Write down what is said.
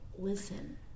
listen